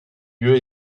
lieu